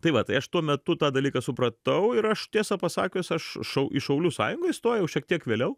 tai va tai aš tuo metu tą dalyką supratau ir aš tiesą pasakius aš šau į šaulių sąjungą įstojau šiek tiek vėliau